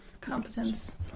competence